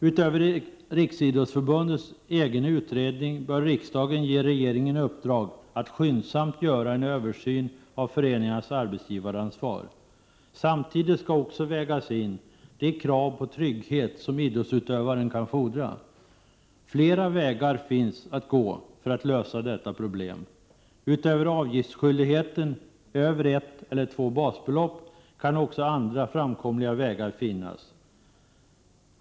Utöver Riksidrottsförbundets egen utredning bör riksdagen ge regeringen i uppdrag att skyndsamt göra en översyn av föreningarnas arbetsgivaransvar. Samtidigt skall också de krav på trygghet som idrottsutövaren kan fordra vägas in. Det finns flera vägar att gå för att lösa detta problem. Förutom avgiftsskyldighet över ett eller två basbelopp kan också andra framkomliga vägar finnas.